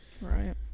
Right